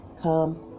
come